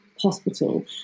hospital